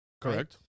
Correct